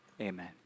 Amen